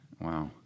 Wow